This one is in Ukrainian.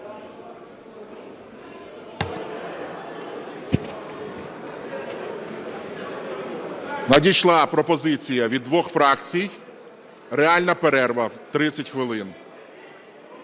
Надійшла пропозиція від двох фракцій – реальна перерва, 30 хвилин.